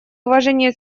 уважение